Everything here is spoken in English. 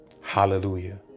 Hallelujah